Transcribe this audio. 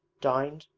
dined,